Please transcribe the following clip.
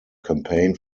campaign